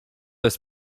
jest